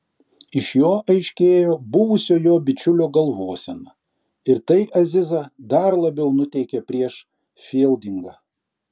iš jo aiškėjo buvusio jo bičiulio galvosena ir tai azizą dar labiau nuteikė prieš fildingą